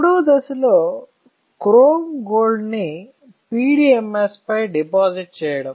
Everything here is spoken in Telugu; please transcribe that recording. మూడవ దశ లో క్రోమ్ గోల్డ్ ని PDMS పై డిపాజిట్ చేయడం